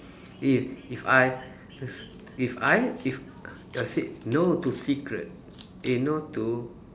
if if I if I if I said no to cigarette eh no to